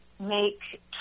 Make